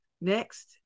next